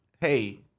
hey